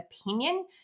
opinion